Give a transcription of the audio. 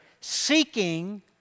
seeking